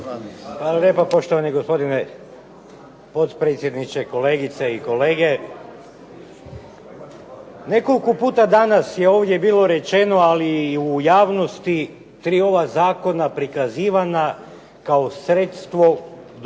Hvala lijepa. Poštovani gospodine potpredsjedniče, kolegice i kolege. Nekoliko puta danas je ovdje bilo rečeno ali i u javnosti tri ova zakona prikazivana kao sredstvo kojim